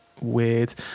weird